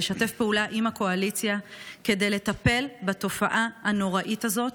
לשתף פעולה עם הקואליציה כדי לטפל בתופעה הנוראית הזאת.